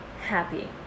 happy